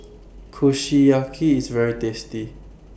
Kushiyaki IS very tasty